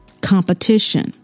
competition